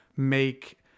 make